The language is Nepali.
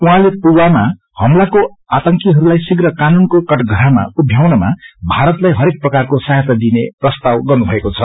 उाहाँले पुलवामामा हमलाको आतंकीहरूलाई शीघ्र कानूनको कटघारामा उभ्याउनमा भारतलाई हरेक प्रकारको सहाायाता दिइने प्रस्ताव गर्नुभएको छ